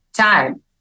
time